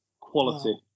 quality